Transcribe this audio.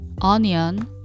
onion